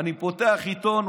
אני פותח עיתון,